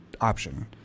option